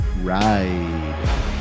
ride